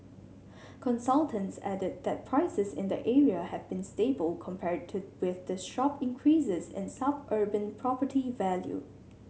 consultants added that prices in the area have been stable compared with the sharp increases in suburban property value